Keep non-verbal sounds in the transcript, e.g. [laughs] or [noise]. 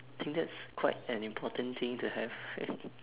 think that's quite an important thing to have [laughs]